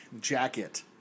jacket